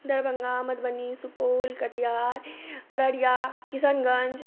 Darbhanga Madhubani Supaul Katihar Araria Kishanganj